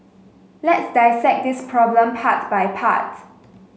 let's dissect this problem part by part